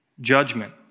judgment